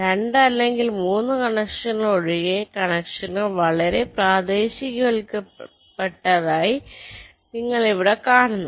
2 അല്ലെങ്കിൽ 3 കണക്ഷനുകൾ ഒഴികെ കണക്ഷനുകൾ വളരെ പ്രാദേശികവൽക്കരിക്കപ്പെട്ടതായി നിങ്ങൾ ഇവിടെ കാണുന്നു